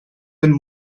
been